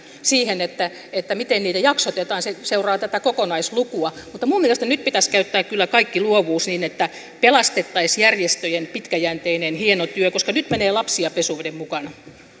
siihen miten niitä jaksotetaan se seuraa tätä kokonaislukua minun mielestäni nyt pitäisi käyttää kyllä kaikki luovuus niin että pelastettaisiin järjestöjen pitkäjänteinen hieno työ koska nyt menee lapsia pesuveden mukana